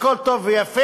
הכול טוב ויפה,